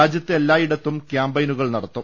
രാജ്യത്ത് എല്ലായിടത്തും ക്യാംപയിനുകൾ നടത്തും